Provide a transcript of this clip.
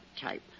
type